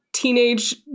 teenage